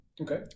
Okay